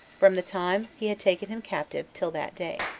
from the time he had taken him captive till that day.